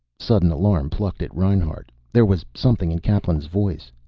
sudden alarm plucked at reinhart. there was something in kaplan's voice.